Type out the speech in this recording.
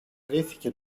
αποκρίθηκε